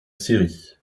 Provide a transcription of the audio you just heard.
série